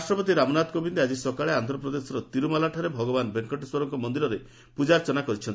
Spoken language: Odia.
ପ୍ରେସିଡେଣ୍ଟ ରାଷ୍ଟ୍ରପତି ରାମନାଥ କୋବିନ୍ଦ ଆଜି ସକାଳେ ଆନ୍ଧ୍ରପ୍ରଦେଶର ତିରୁମାଲାଠାରେ ଭଗବାନ୍ ଭେଙ୍କଟେଶ୍ୱରଙ୍କ ମନ୍ଦିରରେ ପ୍ରଜାର୍ଚ୍ଚନା କରିଛନ୍ତି